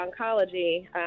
oncology